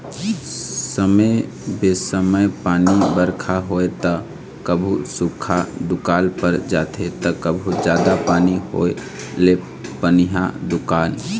समे बेसमय पानी बरखा होइस त कभू सुख्खा दुकाल पर जाथे त कभू जादा पानी होए ले पनिहा दुकाल